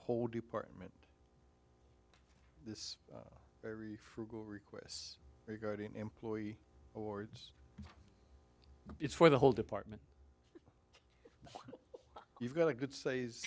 whole department this very frugal requests regarding employee awards it's for the whole department we've got a good s